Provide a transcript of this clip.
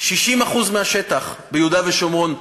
שעולה לוועדת שרים ביום ראשון הקרוב.